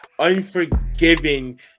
unforgiving